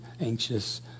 anxious